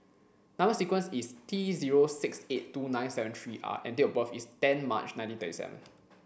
number sequence is T zero six eight two nine seven three R and date of birth is ten March nineteen thirty seven